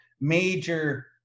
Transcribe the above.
major